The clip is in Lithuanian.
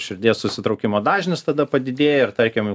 širdies susitraukimo dažnis tada padidėja ir tarkim